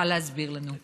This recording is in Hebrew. יוכל להסביר לנו.